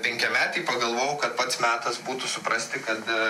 penkiametei pagalvojau kad pats metas būtų suprasti kad